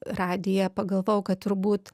radiją pagalvojau kad turbūt